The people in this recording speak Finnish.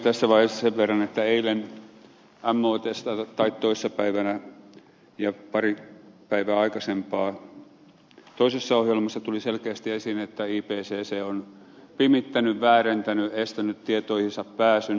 tässä vaiheessa sen verran että eilen motssä tai toissa päivänä ja pari päivää aikaisemmin toisessa ohjelmassa tuli selkeästi esiin että ipcc on pimittänyt väärentänyt estänyt tietoihinsa pääsyn